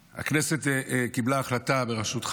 הכנסת קיבלה החלטה בראשותך,